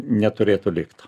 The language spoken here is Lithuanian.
neturėtų likt